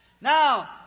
Now